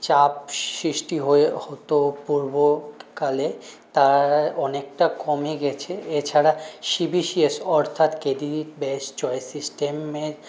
চাপ সৃষ্টি হয়েও হত পূর্বকালে তারারা অনেকটা কমে গেছে এছাড়া সিবিসিএস অর্থাৎ বেস্ট চয়েস সিস্টেমে